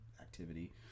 activity